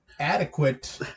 Adequate